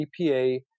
EPA